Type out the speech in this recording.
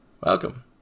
Welcome